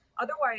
otherwise